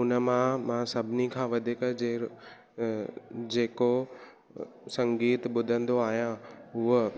उन मां मां सभिनी खां वधीक जे अ जेको संगीत ॿुधंदो आहियां उहो